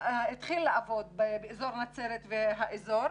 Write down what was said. התחיל לעבוד באזור נצרת והאזור,